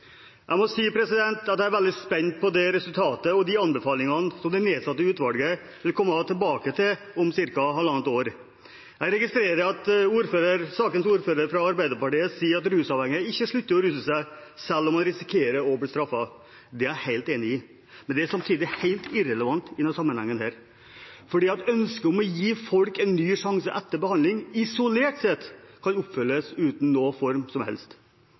Jeg må si at jeg er veldig spent på resultatet og anbefalingene som det nedsatte utvalget vil komme tilbake til om ca. halvannet år. Jeg registrerer at sakens ordfører, fra Arbeiderpartiet, sier at rusavhengige ikke slutter å ruse seg selv om man risikerer å bli straffet. Det er jeg helt enig i. Men det er samtidig helt irrelevant i denne sammenheng fordi ønsket om å gi folk en ny sjanse etter behandling isolert sett kan oppfylles uten noen som helst